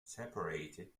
separated